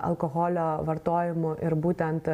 alkoholio vartojimu ir būtent